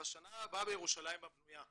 "בשנה הבאה בירושלים הבנויה".